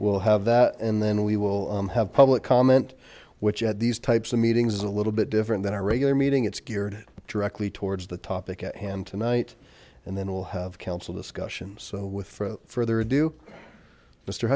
we'll have that and then we will have public comment which add these types of meetings is a little bit different than our regular meeting it's geared directly towards the topic at hand tonight and then we'll have council discussion so with further ado mister